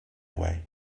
away